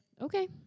okay